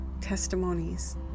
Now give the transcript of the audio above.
testimonies